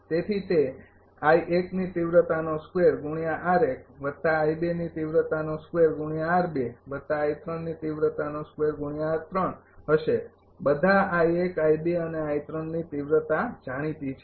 તેથી તે હશે બધા અને ની તિવ્રતા જાણીતી છે